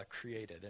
created